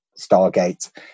Stargate